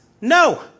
no